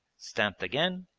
stamped again,